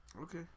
Okay